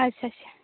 ᱟᱪᱪᱷᱟ ᱟᱪᱪᱷᱟ